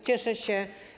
Cieszę się.